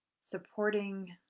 supporting